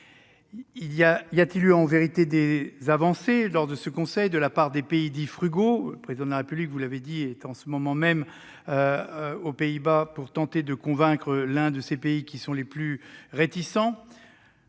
Y a-t-il eu des avancées lors de la réunion du Conseil de la part des pays dits « frugaux »? Le Président de la République- vous l'avez dit -est en ce moment même aux Pays-Bas pour tenter de convaincre l'un de ces pays les plus réticents.